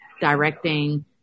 directing